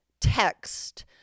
text